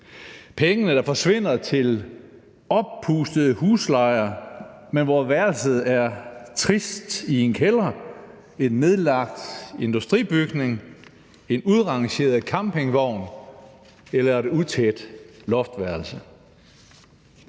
Penge, der forsvinder til oppustede huslejer, men hvor værelset er trist i en kælder, i en nedlagt industribygning eller er en udrangeret campingvogn eller et utæt loftværelse